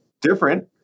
different